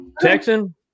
Texan